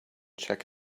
check